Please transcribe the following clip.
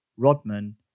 Rodman